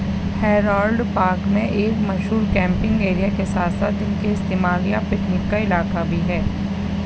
Harold Park میں ایک مشہور کیمپنگ ایریا کے ساتھ ساتھ دن کے استعمال یا پکنک کا علاقہ بھی ہے